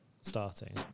starting